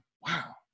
wow